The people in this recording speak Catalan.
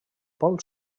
pol